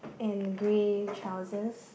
and grey trousers